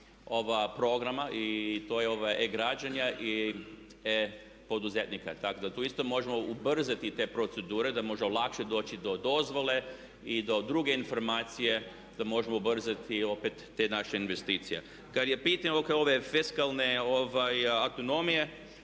ova programa i to je ovaj E- građenja i poduzetnika. Tako da tu isto možemo ubrzati te procedure da možemo lakše doći do dozvole i do druge informacije da možemo ubrzati opet te naše investicije. Kad je pitanje oko ove fiskalne ekonomije